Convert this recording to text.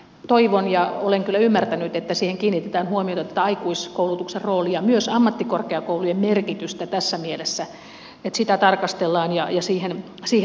toivon ja olen kyllä ymmärtänyt että siihen kiinnitetään huomiota ja että myös ammattikorkeakoulujen merkitystä tässä mielessä tarkastellaan ja siihen paneudutaan